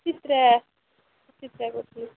ସୁଚିତ୍ରା ସୁଚିତ୍ରା କହୁଥିଲି